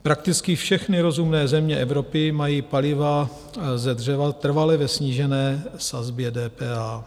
Prakticky všechny rozumné země Evropy mají paliva ze dřeva trvale ve snížené sazbě DPH.